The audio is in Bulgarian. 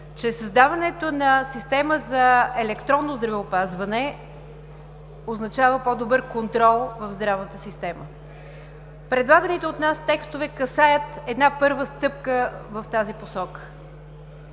че създаването на система за електронно здравеопазване означава по-добър контрол в здравната система. Предлаганите от нас текстове касаят една първа стъпка в тази посока.